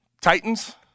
Titans